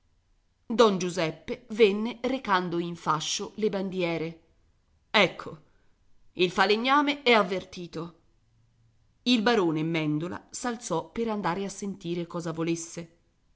don giuseppe venne recando in fascio le bandiere ecco il falegname è avvertito il barone mèndola s'alzò per andare a sentire cosa volesse